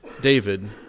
David